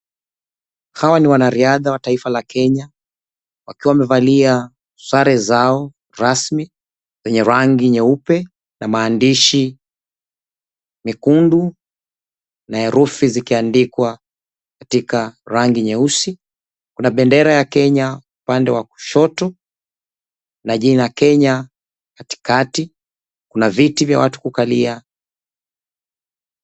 Hawa ni wanariadha wa taifa la Kenya wakiwa wamevalia sare zao rasmi wenye rangi nyeupe na maandishi mekundu na herufi zikiandikwa katika rangi nyeusi. Kuna bendera ya Kenya pande wa kushoto na jina Kenya katikati. Kuna viti vya watu kukalia.